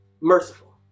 merciful